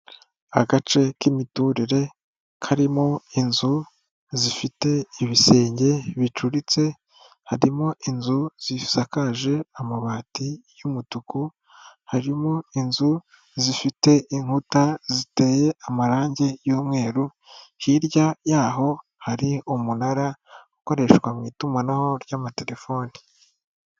Agace k'imiturire karimo inzu zifite ibisenge bicuritse, harimo inzu zisakaje amabati y'umutuku, harimo inzu zifite inkuta ziteye amarangi y'umweru, hirya yaho hari umunara ukoreshwa mu itumanaho ry'amatelefoni.